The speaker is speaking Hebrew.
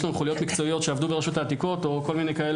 יש שם חוליות מקצועיות שעבדו ברשות העתיקות או כל מיני כאלה,